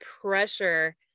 pressure